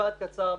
במשפט קצר.